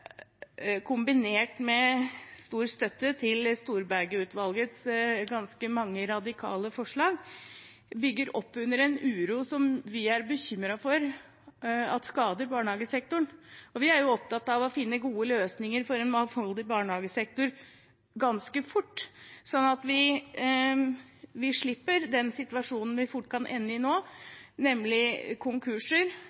kombinert med stor støtte til Storberget-utvalgets ganske mange radikale forslag – bygger opp under en uro som vi er bekymret for at skader barnehagesektoren. Vi er opptatt av å finne gode løsninger for en mangfoldig barnehagesektor ganske fort, slik at vi slipper den situasjonen vi fort kan ende i